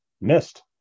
missed